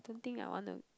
don't think I want to